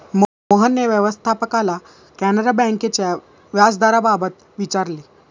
मोहनने व्यवस्थापकाला कॅनरा बँकेच्या व्याजदराबाबत विचारले